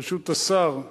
ברשות השר,